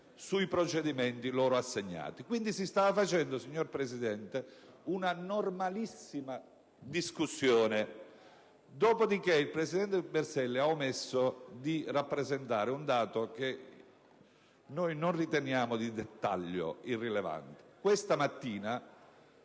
sui procedimenti loro assegnati. Quindi si stava svolgendo, signor Presidente, una normalissima discussione. Dopodiché il presidente Berselli ha omesso di rappresentare un dato che noi non riteniamo di dettaglio o irrilevante. Questa mattina